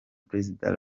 president